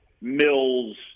Mills